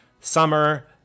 summer